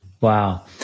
Wow